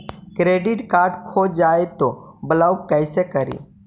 Credit card खो जाए तो ब्लॉक कैसे करी?